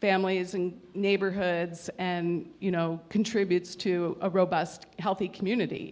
families and neighborhoods and you know contributes to a robust healthy community